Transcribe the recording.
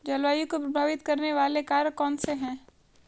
जलवायु को प्रभावित करने वाले कारक कौनसे हैं?